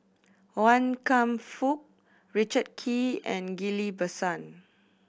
Wan Kam Fook Richard Kee and Ghillie Basan